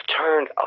turned